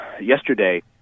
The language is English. yesterday